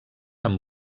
amb